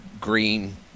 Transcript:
green